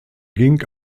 ging